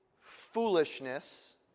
foolishness